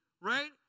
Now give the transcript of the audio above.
right